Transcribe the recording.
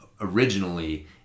originally